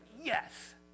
yes